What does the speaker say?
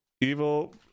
evil